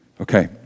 Okay